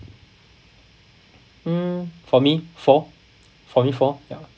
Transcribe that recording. mm for me four for me four ya